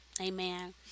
Amen